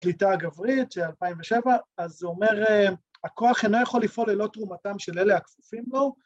‫השליטה הגברית של 2007, ‫אז זה אומר, ‫הכוח אינו יכול לפעול ‫ללא תרומתם של אלה הכפופים לו.